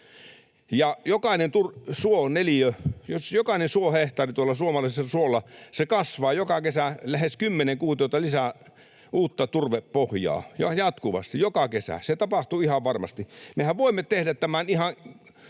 Jokainen suohehtaari tuolla suomalaisella suolla kasvaa joka kesä lähes kymmenen kuutiota lisää uutta turvepohjaa, ja jatkuvasti, joka kesä, se tapahtuu ihan varmasti. Mehän voimme tehdä tämän ihan